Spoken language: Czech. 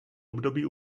období